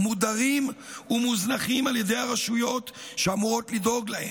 מודרים ומוזנחים על ידי הרשויות שאמורות לדאוג להם